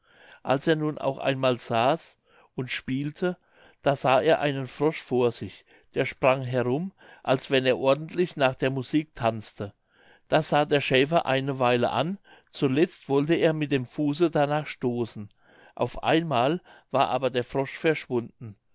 als er nun auch einmal saß und spielte da sah er einen frosch vor sich der sprang herum als wenn er ordentlich nach der musik tanzte das sah der schäfer eine weile an zuletzt wollte er mit dem fuße danach stoßen auf einmal war aber der frosch verschwunden